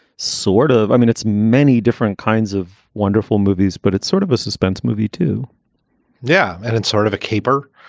sort of. i mean, it's many different kinds of wonderful movies, but it's sort of a suspense movie, too yeah. and it's sort of a caper.